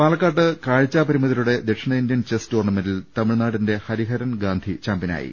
പാലക്കോട്ട് കാഴ്ച്ചാപരിമിതരുടെ ദക്ഷിണേന്ത്യൻ ചെസ് ടൂർണമെന്റിൽ തമിഴ്നാടിന്റെ ഹരിഹരൻഗാന്ധി ചാമ്പൃനായി